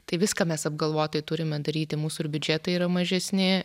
tai viską mes apgalvotai turime daryti mūsų ir biudžetai yra mažesni